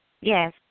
Yes